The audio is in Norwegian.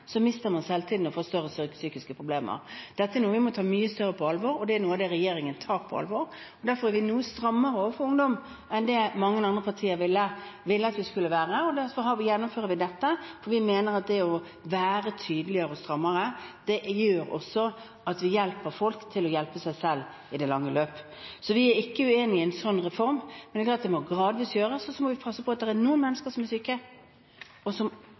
mister man selvtilliten og får større og større psykiske problemer. Dette er noe vi må ta mye mer på alvor, og det er noe av det regjeringen tar på alvor. Derfor er vi noe strammere overfor ungdom enn det mange andre partier ville at vi skulle være, og derfor gjennomfører vi dette. Vi mener at det å være tydeligere og strammere også gjør at vi hjelper folk til å hjelpe seg selv i det lange løp. Så vi er ikke uenig i en sånn reform, men det er klart at det må gjøres gradvis. Så må vi passe på – det er noen mennesker som er syke, og som